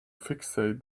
fixate